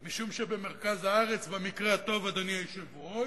משום שבמרכז הארץ, במקרה הטוב, אדוני היושב-ראש,